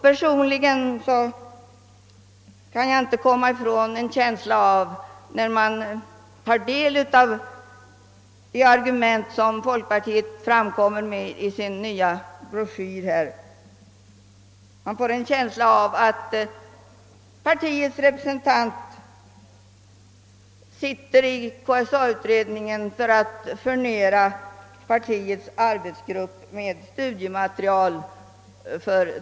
Personligen har jag inte, när jag tagit del av de argument som folkpartiet framför i sin nya broschyr, kunnat undgå att få en känsla av att partiets representant ingår i KSA-utredningen för att kunna furnera partiets arbetsgrupp med studiematerial.